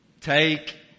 Take